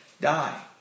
die